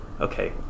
okay